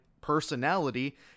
personality